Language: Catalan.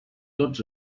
tots